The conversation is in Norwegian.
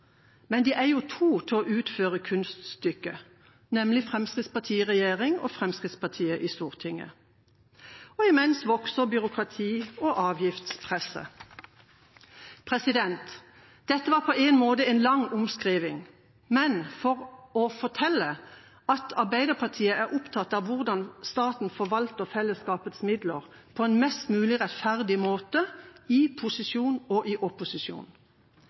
Men de er jo to til å utføre kunststykket, nemlig Fremskrittspartiet i regjering og Fremskrittspartiet i Stortinget. Og imens vokser byråkratiet og avgiftspresset. Dette var på en måte en lang omskrivning, men det var for å fortelle at Arbeiderpartiet er opptatt av hvordan staten forvalter fellesskapets midler på en mest mulig rettferdig måte – i posisjon og i opposisjon.